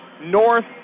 north